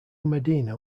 medina